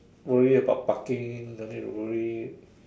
worry about parking don't need to worry